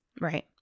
right